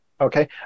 Okay